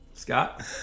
Scott